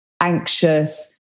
anxious